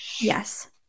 Yes